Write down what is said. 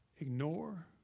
ignore